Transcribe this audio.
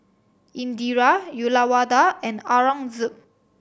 Indira Uyyalawada and Aurangzeb